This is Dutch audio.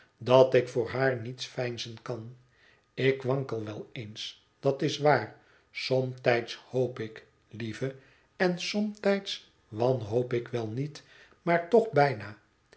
dat ik voor haar niets veinzen kan ik wankel wel eens dat is waar somtijds hoop ik lieve en somtijds wanhoop ik wel niet maar toch bijna